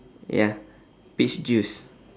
ya peach juice